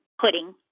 pudding